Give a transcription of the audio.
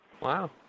wow